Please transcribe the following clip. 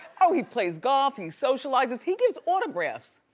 ah he plays golf, he socializes, he gives autographs.